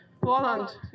Poland